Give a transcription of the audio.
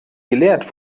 gelehrt